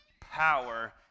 power